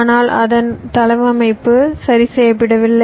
ஆனால் அதன் தளவமைப்பு சரி செய்யப்படவில்லை